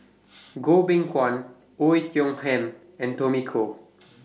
Goh Beng Kwan Oei Tiong Ham and Tommy Koh